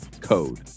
code